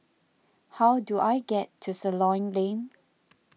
how do I get to Ceylon Lane